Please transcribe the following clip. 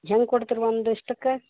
ಹೆಂಗೆ ಕೊಡ್ತೀರ ಒಂದು ಇಷ್ಟಕ್ಕೆ